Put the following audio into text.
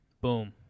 boom